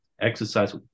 exercise